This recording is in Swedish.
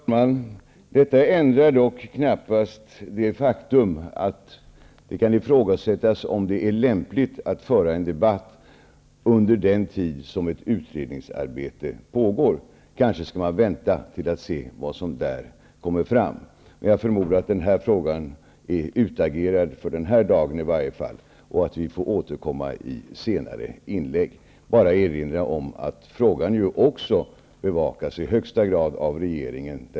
Fru talman! Detta ändrar dock knappast det faktum att det kan ifrågasättas om det är lämpligt att föra en debatt under den tid som ett utredningsarbete pågår. Man skall kanske vänta och se vad som därvid kommer fram. Jag förmodar att den här frågan i varje fall för i dag är utagerad och att vi får återkomma i inlägg senare. Jag vill bara erinra om att frågan också i högsta grad bevakas av regeringen.